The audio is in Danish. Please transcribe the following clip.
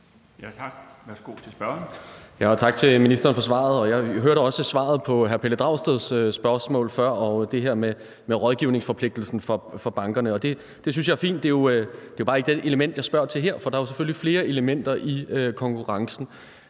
Tak til ministeren for svaret. Jeg hørte også svaret på hr. Pelle Dragsteds spørgsmål før og det her med rådgivningsforpligtelsen for bankerne, og det synes jeg er fint, men det er jo bare ikke det element, jeg spørger til her, for der er selvfølgelig flere elementer i konkurrencen.